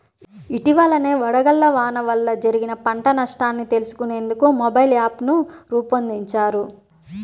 ఇటీవలనే వడగళ్ల వాన వల్ల జరిగిన పంట నష్టాన్ని తెలుసుకునేందుకు మొబైల్ యాప్ను రూపొందించారు